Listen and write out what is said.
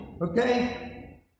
okay